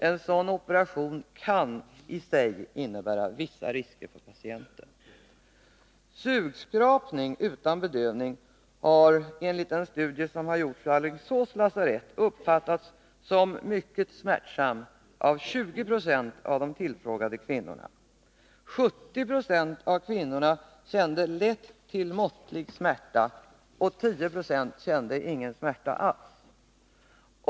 En sådan operation kan i sig innebära vissa risker för patienten. Sugskrapning utan bedövning har enligt en studie som har gjorts vid Alingsås lasarett uppfattats som mycket smärtsam av 20 96 av de tillfrågade kvinnorna. 70 90 av kvinnorna kände lätt till måttlig smärta och 10 96 kände ingen smärta alls.